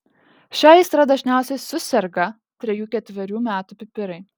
šia aistra dažniausiai suserga trejų ketverių metų pipirai